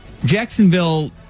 Jacksonville